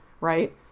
right